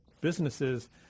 businesses